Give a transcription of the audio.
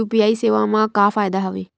UPI सेवा मा का फ़ायदा हवे?